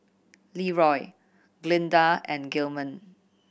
Leeroy Glynda and Gilman